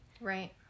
right